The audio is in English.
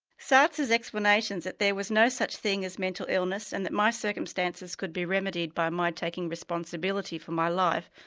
science's explanations that there was no such thing as mental illness and that my circumstances could be remedied by my taking responsibility for my life,